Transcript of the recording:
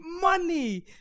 money